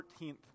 14th